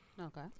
Okay